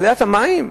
ייקור המים?